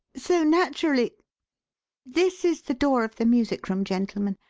so, naturally this is the door of the music room, gentlemen.